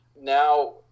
now